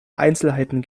einzelheiten